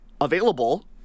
available